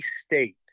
state